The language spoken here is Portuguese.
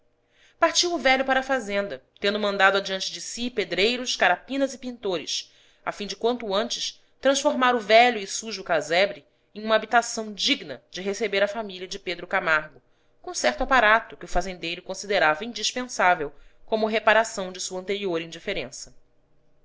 o velho para a fazenda tendo mandado adiante de si pedreiros carapinas e pintores a fim de quanto antes transformar o velho e sujo casebre em uma habitação digna de receber a família de pedro camargo com certo aparato que o fazendeiro considerava indispensável como reparação de sua anterior indiferença